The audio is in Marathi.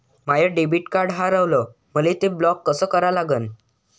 माय डेबिट कार्ड हारवलं, मले ते ब्लॉक कस करा लागन?